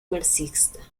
marxista